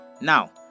now